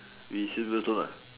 we scissors paper stone lah